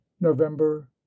November